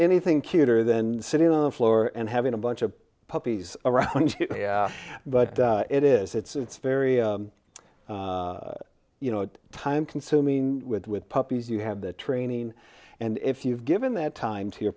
anything cuter than sitting on the floor and having a bunch of puppies around but it is it's it's very you know time consuming with puppies you have the training and if you've given that time to your